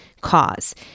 cause